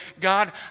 God